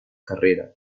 carrera